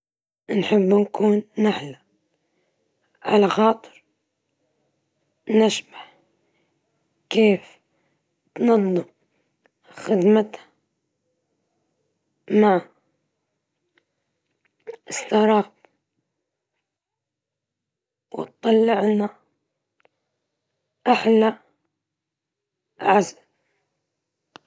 نختار فراشة، لأن حياتها بسيطة وزاهية، ونقدر نستمتع بالطيران ومشاهدة الزهور.